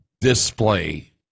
display